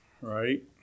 right